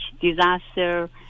disaster